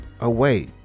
away